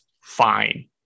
fine